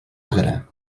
agra